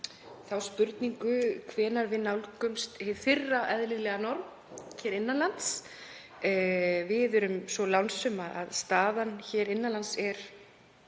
fá að vita hvenær við nálgumst hið fyrra eðlilega norm hér innan lands. Við erum svo lánsöm að staðan innan lands er